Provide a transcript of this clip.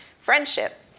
friendship